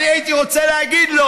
הייתי רוצה להגיד לו